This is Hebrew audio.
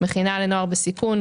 מכינה לנוער בסיכון,